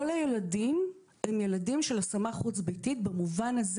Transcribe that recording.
כל הילדים הם ילדים של השמה חוץ ביתית במובן הזה